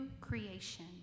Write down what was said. creation